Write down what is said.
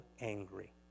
angry